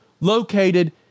located